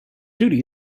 duty